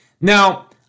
Now